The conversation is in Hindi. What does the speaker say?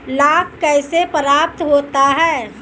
लाख कैसे प्राप्त होता है?